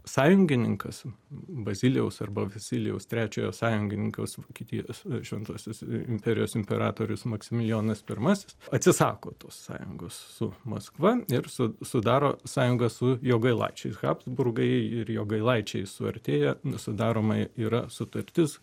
sąjungininkas bazilijaus arba vasilijaus trečiojo sąjungininkas vokietijos šventosios imperijos imperatorius maksimilijonas pirmasis atsisako tos sąjungos su maskva ir su sudaro sąjungą su jogailaičių ir habsburgai ir jogailaičiai suartėja sudaroma yra sutartis